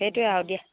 সেইটোৱে আৰু দিয়া